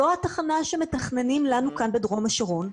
זו התחנה שמתכננים לנו כאן בדרום השרון.